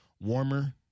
warmer